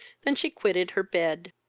than she quitted her bed.